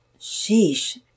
Sheesh